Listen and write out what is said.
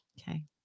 Okay